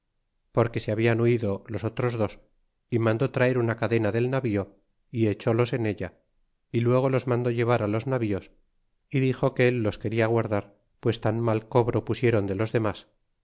porque se habian huido los otros dos y mandó traer una cadena del navío y echólos en ella y luego los mandó llevar los navíos é dixo que él los quena guardar pues tan mal cobro pusiéron de los demas